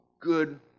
good